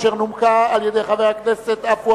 אשר נומקה על-ידי חבר הכנסת עפו